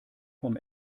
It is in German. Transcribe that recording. vom